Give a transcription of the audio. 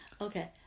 Okay